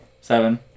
Seven